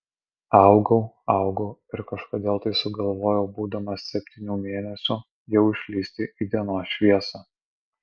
augau augau ir kažkodėl tai sugalvojau būdamas septynių mėnesių jau išlįsti į dienos šviesą